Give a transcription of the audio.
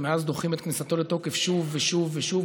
ומאז דוחים את כניסתו לתוקף שוב ושוב ושוב,